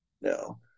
No